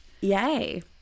Yay